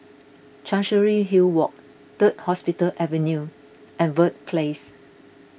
Chancery Hill Walk Third Hospital Avenue and Verde Place